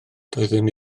doeddwn